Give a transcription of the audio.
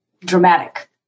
dramatic